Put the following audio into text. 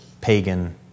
pagan